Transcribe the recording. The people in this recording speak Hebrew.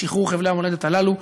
לשחרור חבלי המולדת הללו,